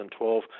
2012